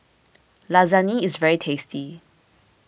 Lasagne is very tasty